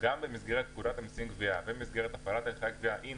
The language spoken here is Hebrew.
שגם במסגרת פקודת המסים (גבייה) ובמסגרת הפעלת הליכי גבייה שלנו,